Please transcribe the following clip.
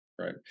right